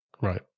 Right